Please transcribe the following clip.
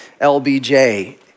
LBJ